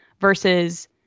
versus